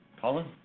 Colin